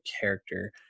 character